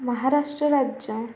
महाराष्ट्र राज्य